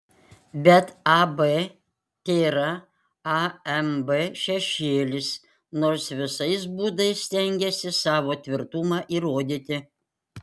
bet ab tėra amb šešėlis nors visais būdais stengiasi savo tvirtumą įrodyti